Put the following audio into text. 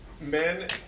Men